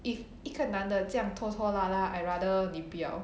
if 一个男的这样拖拖拉拉 I rather 你不要